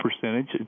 percentage